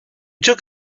took